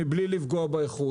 מבלי לפגוע באיכות.